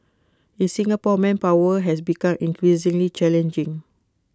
in Singapore manpower has become increasingly challenging